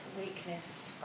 weakness